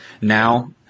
Now